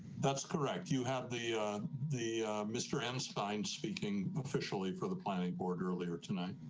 that's correct. you have the the mr n sign speaking officially for the planning board earlier tonight.